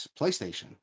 PlayStation